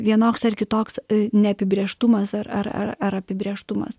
vienoks ar kitoks neapibrėžtumas ar ar ar ar apibrėžtumas